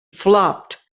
flopped